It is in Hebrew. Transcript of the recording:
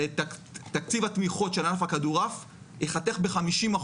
תקציב התמיכות של ענף הכדורעף ייחתך ב-50%.